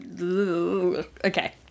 okay